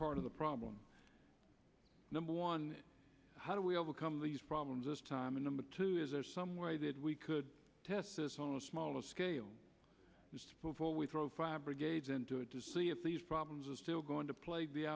part of the problem number one how do we overcome these problems this time and number two is there some way that we could test this on a smaller scale just before we throw fire brigades into it to see if these problems are still going to play the